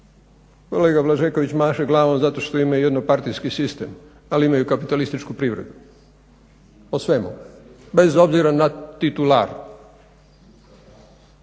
kolega Blažeković maše glavom zato što imaju jednopartijski sistem, ali imaju kapitalističku privredu o svemu, bez obzira na titular.